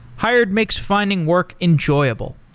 hired makes finding work enjoyable.